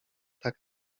tak